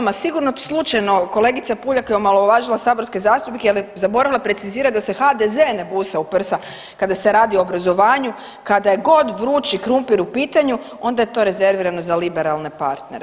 Čl. 238., a sigurno slučajno kolegica Puljak je omalovažila saborske zastupnike jel je zaboravila precizirat da se HDZ ne busa u prsa kada se radi o obrazovanju, kada je god vrući krumpir u pitanju onda je to rezervirano za liberalne partnere.